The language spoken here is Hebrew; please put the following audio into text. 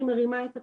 אני מרימה את הכפפה,